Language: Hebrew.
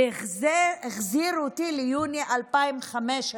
והחזיר אותי ליוני 2015,